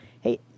hey